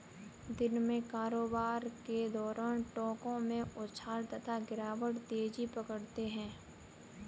दिन में कारोबार के दौरान टोंक में उछाल तथा गिरावट तेजी पकड़ते हैं